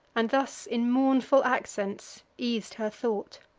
and thus in mournful accents eas'd her thought